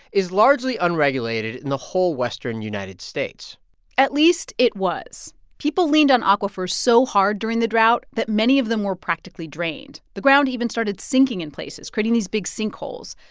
is largely unregulated in the whole western united states at least it was. people leaned on aquifers so hard during the drought that many of them were practically drained. the ground even started sinking in places, creating these big sinkholes.